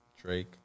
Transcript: Drake